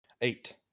eight